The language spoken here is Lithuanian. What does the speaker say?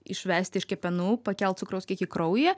išvesti iš kepenų pakelt cukraus kiekį kraujyje